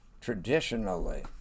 traditionally